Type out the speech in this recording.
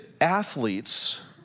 athletes